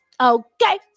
Okay